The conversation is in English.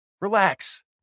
Relax